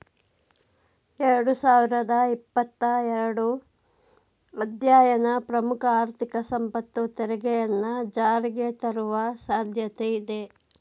ಎರಡು ಸಾವಿರದ ಇಪ್ಪತ್ತ ಎರಡು ಅಧ್ಯಯನ ಪ್ರಮುಖ ಆರ್ಥಿಕ ಸಂಪತ್ತು ತೆರಿಗೆಯನ್ನ ಜಾರಿಗೆತರುವ ಸಾಧ್ಯತೆ ಇದೆ